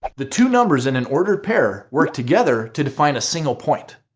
the two numbers in an ordered pair work together to define a single point,